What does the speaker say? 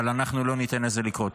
אבל אנחנו לא ניתן לזה לקרות.